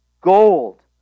Gold